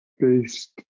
Based